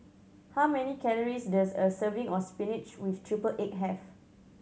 how many calories does a serving of spinach with triple egg have